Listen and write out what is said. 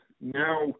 now